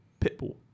Pitbull